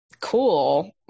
cool